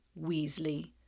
Weasley